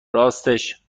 راستش